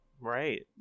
Right